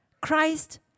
Christ